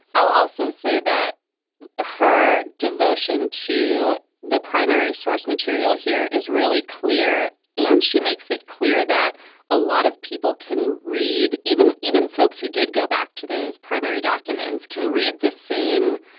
i'll also say that her devotion to the primary source material here is really clear and she makes it clear that a lot of people can read. even even folks who did go back to those primary documents can read the same,